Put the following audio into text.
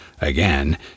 again